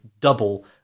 double